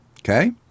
okay